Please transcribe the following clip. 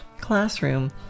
classroom